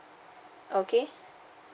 okay